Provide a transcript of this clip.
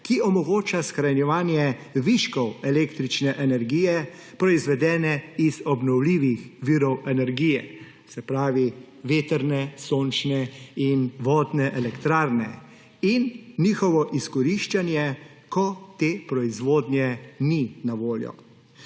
ki omogoča shranjevanje viškov električne energije, proizvedene iz obnovljivih virov energije – se pravi vetrne, sončne in vodne elektrarne – in njihovo izkoriščanje, ko te proizvodnje ni na voljo.